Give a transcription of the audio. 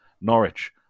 Norwich